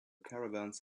caravans